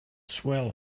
swell